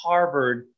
Harvard